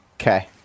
Okay